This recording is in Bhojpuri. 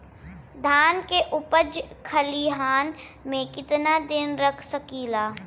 धान के उपज खलिहान मे कितना दिन रख सकि ला?